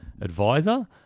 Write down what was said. advisor